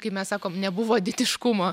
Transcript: kaip mes sakom nebuvo ditiškumo